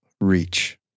reach